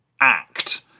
act